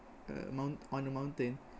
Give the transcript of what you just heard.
uh mount on the mountain